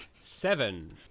Seven